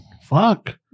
fuck